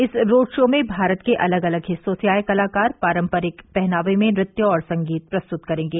इस road show में भारत के अलग अलग हिस्सों से आये कलाकार पारम्परिक पहनावे में नृत्य और संगीत प्रस्तुत करेंगे